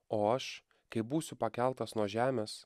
o aš kai būsiu pakeltas nuo žemės